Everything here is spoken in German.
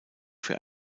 für